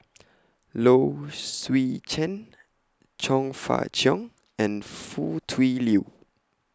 Low Swee Chen Chong Fah Cheong and Foo Tui Liew